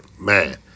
man